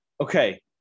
Okay